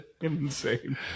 insane